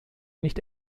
nicht